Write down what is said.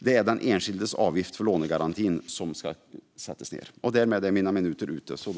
Det är den enskildes avgift för lånegarantin som ska sättas ned.